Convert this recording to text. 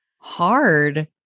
hard